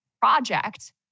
project